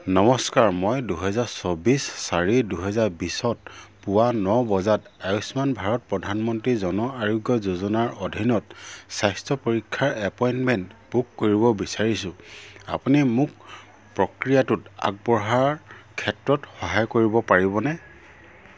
নমস্কাৰ মই দুহেজাৰ চৌবিছ চাৰি দুহেজাৰ বিছত পুৱা ন বজাত আয়ুষ্মান ভাৰত প্ৰধানমন্ত্ৰী জন আৰোগ্য যোজনাৰ অধীনত স্বাস্থ্য পৰীক্ষাৰ এপইণ্টমেণ্ট বুক কৰিব বিচাৰিছোঁ আপুনি মোক প্ৰক্ৰিয়াটোত আগবঢ়াৰ ক্ষেত্ৰত সহায় কৰিব পাৰিবনে